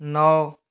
नौ